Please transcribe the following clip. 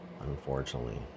Unfortunately